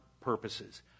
purposes